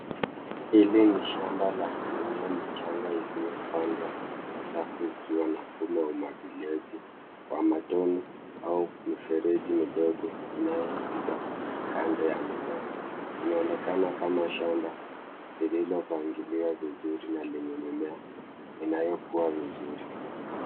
Hili ni shamba la mimea michanga iliyopandwa kwa safu ikiwa na mfumo wa umwagiliaji wa matone au mifereji midogo inayopita kando ya mimea. Inaonekana kama shamba lililopangiliwa vizuri na lenye mimea inayokua vizuri.